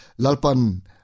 Lalpan